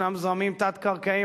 ישנם זרמים תת-קרקעיים,